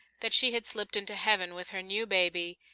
that she had slipped into heaven with her new baby,